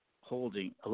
holding